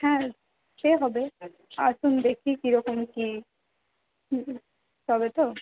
হ্যাঁ সে হবে আসুন দেখি কীরকম কি তবে তো